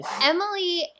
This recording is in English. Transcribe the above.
Emily